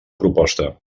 proposta